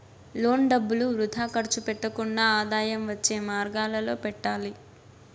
loan డబ్బులు వృథా ఖర్చు పెట్టకుండా ఆదాయం వచ్చే మార్గాలలో పెట్టాలి